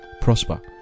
prosper